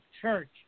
church